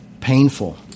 painful